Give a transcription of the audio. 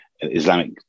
Islamic